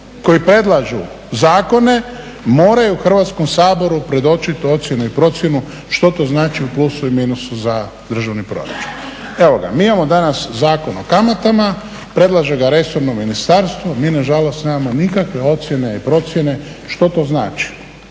koji predlažu zakone moraju Hrvatskom saboru predočit ocjenu i procjenu što to znači u plusu i minusu za državni proračun. Mi imamo danas Zakon o kamatama, predlaže ga resorno ministarstvo, mi nažalost nemamo nikakve ocjene i procjene što to znači